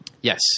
Yes